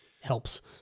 helps